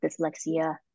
dyslexia